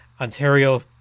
Ontario